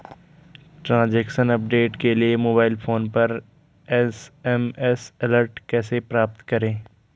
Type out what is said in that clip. Transaction update के लिए mobile phone पर एस.एम.एस अलर्ट कैसे प्राप्त करें?